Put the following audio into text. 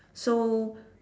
so